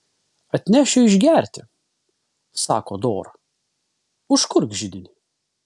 atnešiu išgerti sako dora užkurk židinį